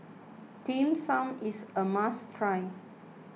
Dim Sum is a must cry